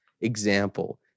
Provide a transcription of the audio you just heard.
example